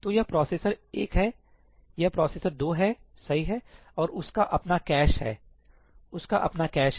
तो यह प्रोसेसर एक है यह प्रोसेसर दो है सही है और उसका अपना कैश है उसका अपना कैश है